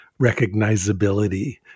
recognizability